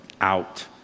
out